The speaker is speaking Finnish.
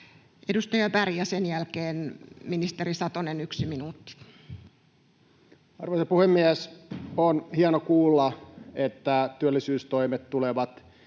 Edustaja Berg ja sen jälkeen ministeri Satonen, yksi minuutti. Arvoisa puhemies! On hienoa kuulla, että työllisyystoimet tulevat